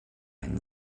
einen